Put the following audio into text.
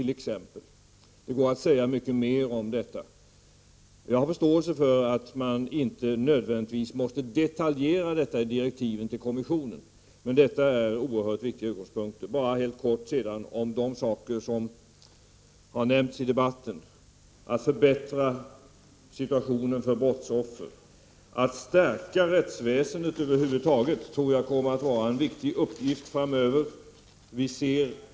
Det finns mycket mer att säga om detta. Jag har förståelse för att man inte nödvändigtvis måste i detalj ange allt detta i direktiven till kommissionen. Men det här är oerhört viktiga utgångspunkter. Sedan bara helt kort något om det som har nämnts i debatten. Det handlar om möjligheterna att förbättra situationen för brottsoffer. Över huvud taget tror jag att det framöver kommer att vara en viktig uppgift att just stärka rättsväsendet.